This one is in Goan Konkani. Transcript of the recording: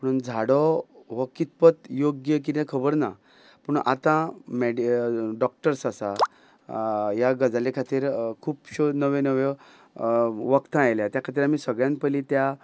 पूण झाडो हो कितपत योग्य कितें खबर ना पूण आतां मेड डॉक्टर्स आसात ह्या गजाली खातीर खुबश्यो नव्यो नव्यो वखदां आयल्यात त्या खातीर आमी सगळ्यान पयली त्या